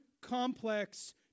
complex